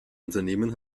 unternehmen